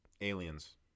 aliens